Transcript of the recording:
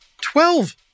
Twelve